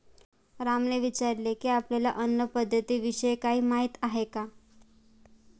रामने विचारले की, आपल्याला अन्न पद्धतीविषयी काही माहित आहे का?